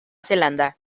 zelanda